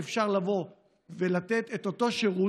אפשר לבוא ולתת את אותו שירות,